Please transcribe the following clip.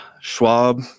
Schwab